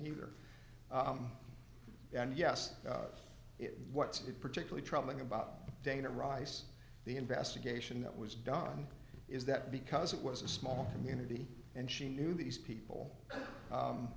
neither and yes it what's it particularly troubling about dana rice the investigation that was done is that because it was a small community and she knew these people